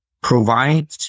provide